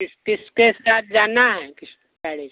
किस किसके साथ जाना है किस